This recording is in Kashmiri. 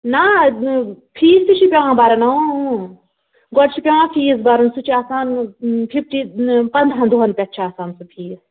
نہَ فیٖس تہِ چھِ پٮ۪وان بَرُن گۄڈٕ چھُ پٮ۪وان فیٖس بَرُن سُہ چھِ آسان فِفٹی پَنٛداہَن دۄہَن پٮ۪ٹھ چھِ آسان سُہ فیٖس